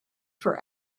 for